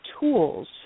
tools